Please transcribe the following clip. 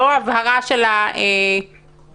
לא הבהרה של הדרישות.